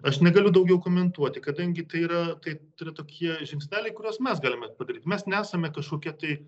aš negaliu daugiau komentuoti kadangi tai yra tai tai yra tokie žingsneliai kuriuos mes galime padaryt mes nesame kašokie tai